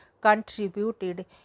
contributed